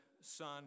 Son